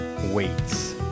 weights